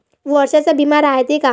वर्षाचा बिमा रायते का?